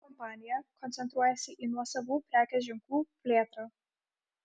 kompanija koncentruojasi į nuosavų prekės ženklų plėtrą